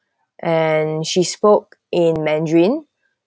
and she spoke in mandarin